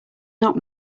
not